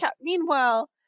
meanwhile